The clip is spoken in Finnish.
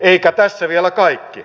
eikä tässä vielä kaikki